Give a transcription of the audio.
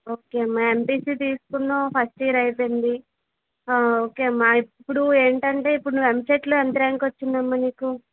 okay అమ్మ MPC తీసుకున్నావ్ first year అయిపోయింది ఓకే అమ్మ ఇప్పుడు ఏంటంటే ఎంసెట్లో ఎంత ర్యాంకు వచ్చింది అమ్మ నీకు